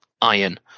iron